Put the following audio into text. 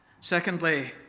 Secondly